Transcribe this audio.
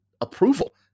approval